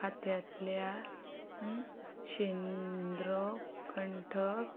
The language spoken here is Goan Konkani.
खात्यांतल्या शेंद्र कंठक